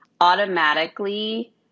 automatically